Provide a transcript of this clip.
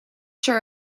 sure